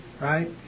right